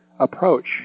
Approach